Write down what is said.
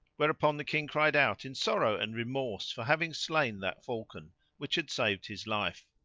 whereupon the king cried out in sorrow and remorse for having slain that falcon which had saved his life.